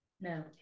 No